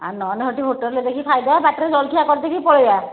ଆଉ ନନ ହେଠି ହୋଟେଲ୍ରେ ଦେଖି ଖାଇବା ବାଟରେ ଜଲଖିଆ କରିଦେଇକି ପଳାଇବା